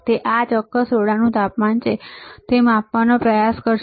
તેથી તે આ ચોક્કસ ઓરડાનું તાપમાન શું છે તે માપવાનો પ્રયાસ કરશે